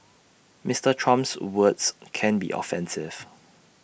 Mister Trump's words can be offensive